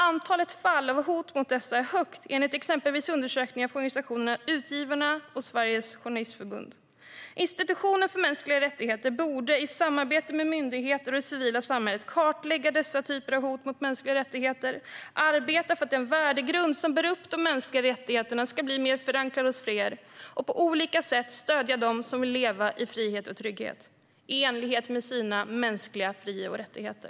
Antalet fall av hot mot dessa är stort, enligt exempelvis undersökningar från organisationerna Utgivarna och Journalistförbundet. Institutionen för mänskliga rättigheter borde i samarbete med myndigheter och det civila samhället kartlägga dessa typer av hot mot mänskliga rättigheter, arbeta för att den värdegrund som bär upp de mänskliga rättigheterna ska bli bättre förankrad hos fler och på olika sätt stödja dem som vill leva i frihet och trygghet - i enlighet med sina mänskliga fri och rättigheter.